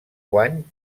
guany